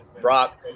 Brock